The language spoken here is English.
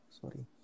sorry